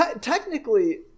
technically